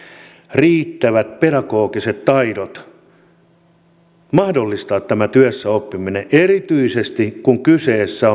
riittävät pedagogiset taidot mahdollistaa tämä työssäoppiminen erityisesti kun kyseessä